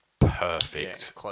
perfect